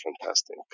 fantastic